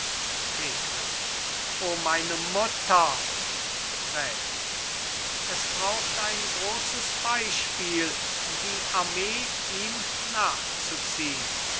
thekla o meine mutter gräfin es braucht ein großes beispiel die armee ihm nachzuziehn